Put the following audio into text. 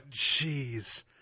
jeez